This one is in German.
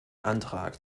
antrag